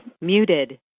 Muted